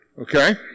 okay